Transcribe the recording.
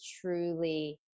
truly